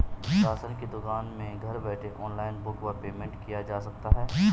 Ration की दुकान में घर बैठे ऑनलाइन बुक व पेमेंट किया जा सकता है?